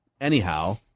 anyhow